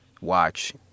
watch